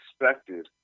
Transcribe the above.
expected